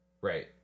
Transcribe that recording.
Right